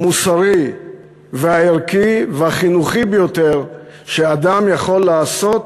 המוסרי והערכי והחינוכי ביותר שאדם יכול לעשות